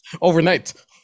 overnight